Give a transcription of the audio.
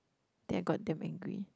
then I got damn angry